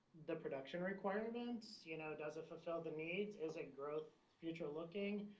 the production requirements. you know, does it fulfill the need? is it growth future looking?